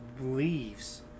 leaves